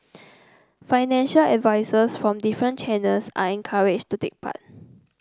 financial advisers from different channels are encouraged to take part